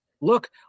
Look